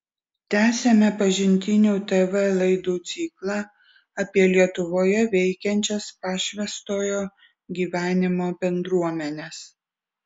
tęsiame pažintinių tv laidų ciklą apie lietuvoje veikiančias pašvęstojo gyvenimo bendruomenes